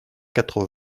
quatre